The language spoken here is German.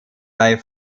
bei